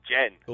Jen